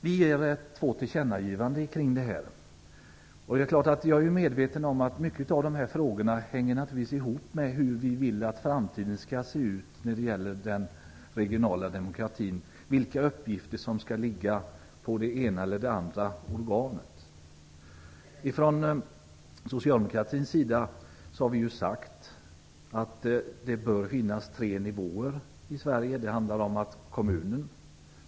Vi gör två tillkännagivanden kring denna fråga. Jag är medveten om att många av dessa frågor hänger ihop med hur vi vill att framtiden skall se ut när det gäller den regionala demokratin - vilka uppgifter som skall ligga på det ena eller det andra organet. Från socialdemokratins sida har vi sagt att det bör finnas tre nivåer i Sverige. Det handlar om kommunerna.